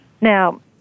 Now